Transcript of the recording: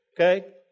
okay